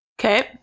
Okay